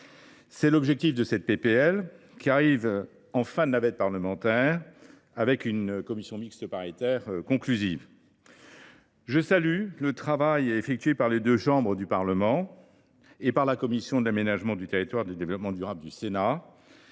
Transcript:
C’est l’objectif de cette proposition de loi, qui arrive en fin de navette parlementaire grâce à une commission mixte paritaire conclusive. Je salue le travail réalisé par les deux chambres du Parlement et par la commission de l’aménagement du territoire et du développement durable du Sénat,